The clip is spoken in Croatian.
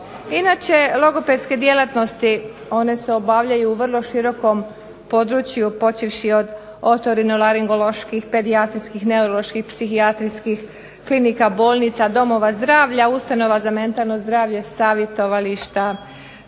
Inače logopedske djelatnosti, one se obavljaju u vrlo širokom području počevši od otorinolaringoloških, pedijatrijskih, neuroloških, psihijatrijskih, klinika, bolnica, domova zdravlja, ustanova za mentalno zdravlje, savjetovališta,